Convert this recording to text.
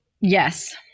Yes